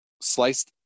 sliced